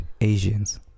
Asians